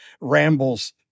rambles